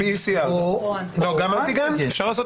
אפשר לעשות